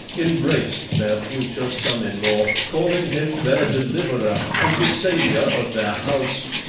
embraced their future son-in-law, calling him their deliverer and the savior of their house,